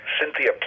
Cynthia